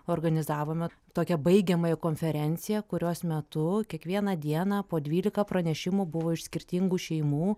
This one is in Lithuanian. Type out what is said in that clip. organizavome tokią baigiamąją konferenciją kurios metu kiekvieną dieną po dvylika pranešimų buvo iš skirtingų šeimų